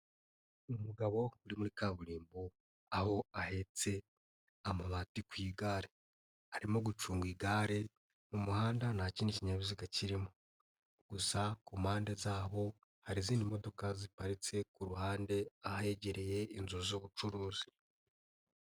Umugabo uri muri kaburimbo, aho ahetse amabati ku igare. Arimo gucunga igare, mu muhanda nta kindi kinyabiziga kirimo. Gusa ku mpande zaho hari izindi modoka ziparitse ku ruhande, ahahegereye inzu z'ubucuruzi.